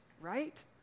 Right